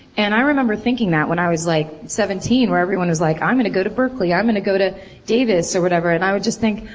and i remember thinking that when i was like seventeen, where everyone was like, i'm gonna go to berkely. i'm gonna go to davis. or whatever and i would just think,